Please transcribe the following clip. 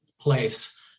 place